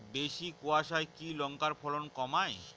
বেশি কোয়াশায় কি লঙ্কার ফলন কমায়?